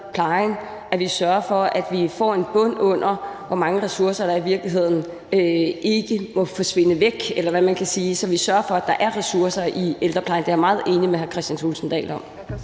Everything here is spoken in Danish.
og sørge for, at vi får en bund under, hvor mange ressourcer der i virkeligheden ikke må forsvinde væk, eller hvad man kan sige, altså sørge for, at der er ressourcer i ældreplejen. Det er jeg meget enig med hr. Kristian Thulesen Dahl i.